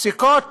פסיקות